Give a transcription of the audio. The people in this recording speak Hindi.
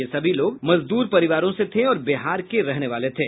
ये सभी लोग मजदूर परिवारों से थे और बिहार के रहने वाले थे